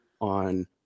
on